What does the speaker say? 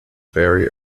very